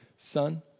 Son